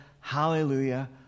hallelujah